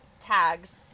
tags